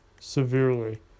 severely